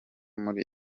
muri